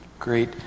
Great